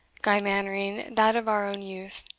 guy mannering that of our own youth,